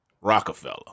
rockefeller